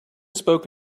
spoke